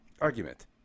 argument